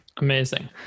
amazing